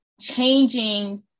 changing